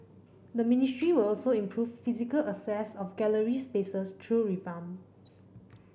the ministry will also improve physical access of gallery spaces through revamps